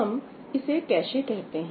हम इसे कैशे कहते हैं